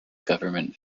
government